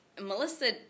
Melissa